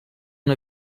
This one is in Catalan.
una